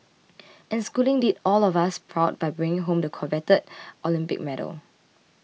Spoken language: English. and Schooling did all of us proud by bringing home the coveted Olympic medal